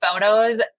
photos